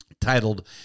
titled